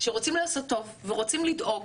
שרוצים לעשות טוב ורוצים לדאוג